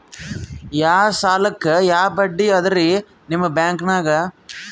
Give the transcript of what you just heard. ಯಾ ಸಾಲಕ್ಕ ಯಾ ಬಡ್ಡಿ ಅದರಿ ನಿಮ್ಮ ಬ್ಯಾಂಕನಾಗ?